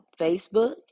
Facebook